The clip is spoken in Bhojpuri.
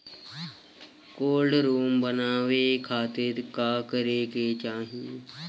कोल्ड रुम बनावे खातिर का करे के होला?